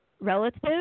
relative